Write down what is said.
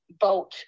vote